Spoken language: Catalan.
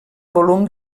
volum